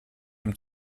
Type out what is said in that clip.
ihm